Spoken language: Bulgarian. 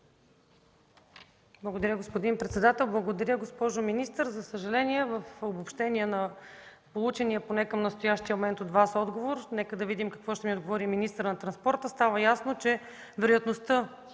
Благодаря, господин председател. Благодаря, госпожо министър. За съжаление, в обобщение на получения поне до настоящия момент отговор – нека да видим какво ще ни отговори и министърът на транспорта – но става ясно, че вероятността